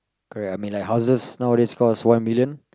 correct lah I mean like houses nowadays cost one million